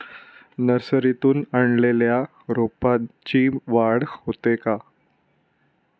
नर्सरीतून आणलेल्या रोपाची वाढ होते का?